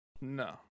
No